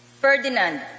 Ferdinand